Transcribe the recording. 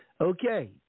Okay